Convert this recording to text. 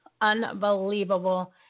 Unbelievable